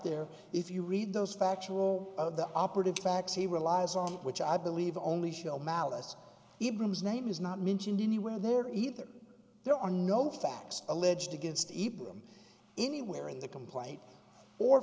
there if you read those factual the operative facts he relies on which i believe only show malice he brings name is not mentioned anywhere there either there are no facts alleged against evil him anywhere in the complaint or